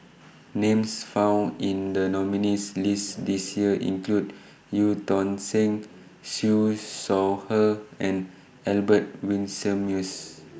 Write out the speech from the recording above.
Names found in The nominees' list This Year include EU Tong Sen Siew Shaw Her and Albert Winsemius